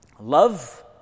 Love